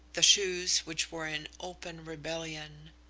the shoes which were in open rebellion.